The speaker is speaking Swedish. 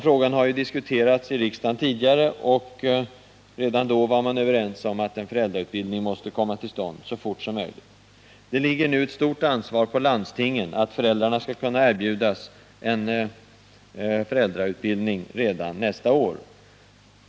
Frågan har ju diskuterats i riksdagen tidigare och redan då var man överens om att en föräldrautbildning måste komma till stånd så fort som möjligt. Ett stort ansvar vilar nu på landstingen att erbjuda föräldrarna föräldrautbildning redan nästa år.